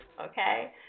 Okay